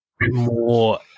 more